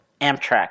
Amtrak